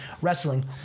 wrestling